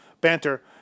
banter